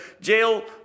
jail